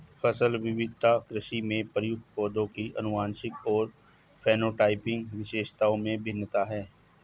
फसल विविधता कृषि में प्रयुक्त पौधों की आनुवंशिक और फेनोटाइपिक विशेषताओं में भिन्नता है